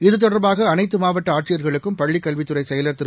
இது தொடர்பாக அனைத்து மாவட்ட ஆட்சியர்களுக்கும் பள்ளிக் கல்வித்துறை செயலர் திரு